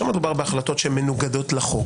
בהחלטות שמנוגדות לחוק,